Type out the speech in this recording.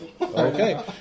Okay